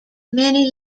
many